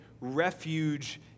refuge